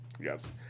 Yes